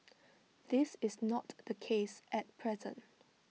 this is not the case at present